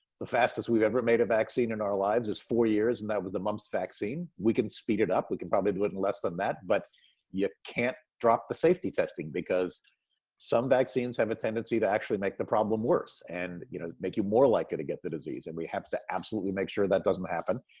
the fastest we've ever made a vaccine in our lives is four years, and that was a mumps vaccine. we can speed it up. we can probably do it in less than that, but you can't drop the safety testing because some vaccines have a tendency to actually make the problem worse and you know make you more likely to get the disease. and we have to absolutely make sure that doesn't happen.